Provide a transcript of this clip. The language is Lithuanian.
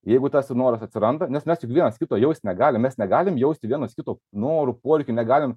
jeigu tas noras atsiranda nes mes juk vienas kito jaust negalim mes negalim jausti vienas kito norų poreikių negalim